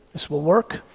this will work.